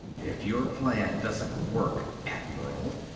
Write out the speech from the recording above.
if your plan doesn't work, admiral,